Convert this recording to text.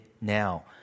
now